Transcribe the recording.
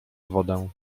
wodę